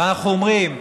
ואנחנו אומרים,